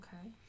Okay